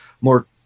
more